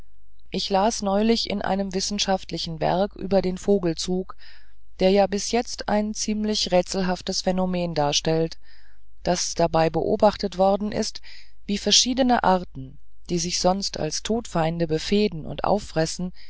ich las neulich in einem wissenschaftlichen werk über den vogelzug der ja bis jetzt ein ziemlich rätselhaftes phänomen darstellt daß dabei beobachtet worden ist wie verschiedene arten die sich sonst als todfeinde befehden und auffressen